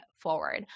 forward